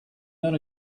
not